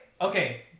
okay